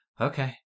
okay